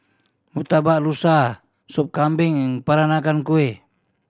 Murtabak Rusa Sop Kambing and Peranakan Kueh